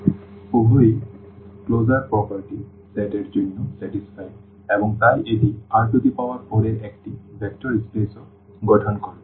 সুতরাং উভয় closure property set এর জন্য সন্তুষ্ট এবং তাই এটি R4 এর একটি ভেক্টর স্পেসও গঠন করবে